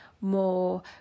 more